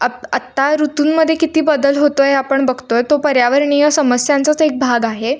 आप आत्ता ऋतूंमध्ये किती बदल होतो आहे हे आपण बघतो आहे तो पर्यावरणीय समस्यांचाच एक भाग आहे